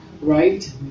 right